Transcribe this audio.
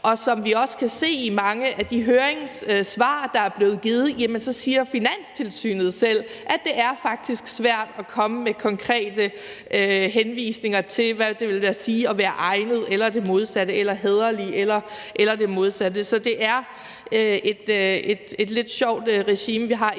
Og som vi også kan se af de mange høringssvar, der er blevet givet, siger Finanstilsynet selv, at det faktisk er svært at komme med konkrete henvisninger til, hvad det vil sige at være egnet eller det modsatte eller at være hæderlig eller det modsatte. Så det er et lidt sjovt regime, vi har inden